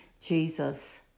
Jesus